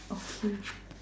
okay